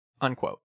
unquote